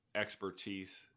expertise